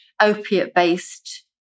opiate-based